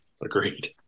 Agreed